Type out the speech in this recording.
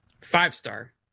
Five-star